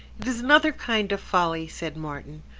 it is another kind of folly, said martin.